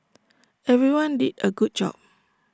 everyone did A good job